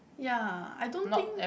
ya I don't think